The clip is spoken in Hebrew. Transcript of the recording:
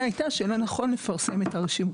הייתה שלא נכון יהיה לפרסם את הרשימות.